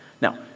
Now